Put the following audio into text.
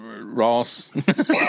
Ross